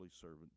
servant